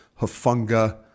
Hafunga